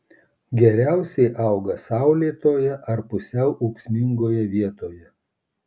geriausiai auga saulėtoje ar pusiau ūksmingoje vietoje